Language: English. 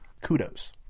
Kudos